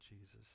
Jesus